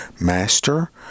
Master